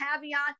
caveat